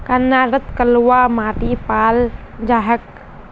कर्नाटकत कलवा माटी पाल जा छेक